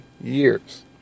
years